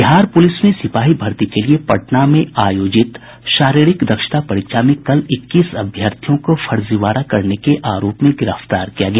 Bihar police में सिपाही भर्ती के लिए पटना में आयोजित शारीरिक दक्षता परीक्षा में कल इक्कीस अभ्यर्थियों को फर्जीवाड़ा करने के आरोप में गिरफ्तार किया गया